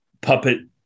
puppet